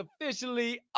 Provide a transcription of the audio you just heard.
officially